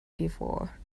before